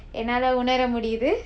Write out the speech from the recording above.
என்னால உணர முடியுது:ennaala unara mudiyithu